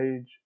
age